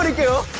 and go